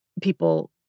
people